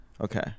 okay